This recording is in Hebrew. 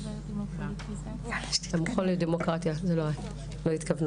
מאיה הלר מפורום